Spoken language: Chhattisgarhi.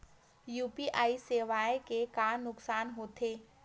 यू.पी.आई सेवाएं के का नुकसान हो थे?